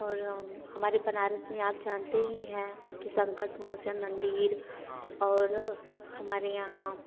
और हमारे बनारस में आप जानते ही हैं कि संकट मोचन मंदिर और हमारे यहाँ